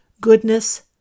goodness